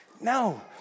No